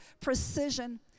precision